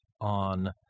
on